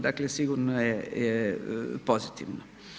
Dakle, sigurno je pozitivno.